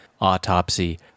autopsy